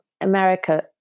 America